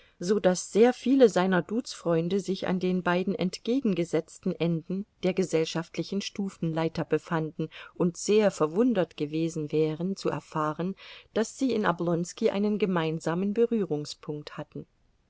so daß sehr viele seiner duzfreunde sich an den beiden entgegengesetzten enden der gesellschaftlichen stufenleiter befanden und sehr verwundert gewesen wären zu erfahren daß sie in oblonski einen gemeinsamen berührungspunkt hatten